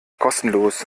kostenlos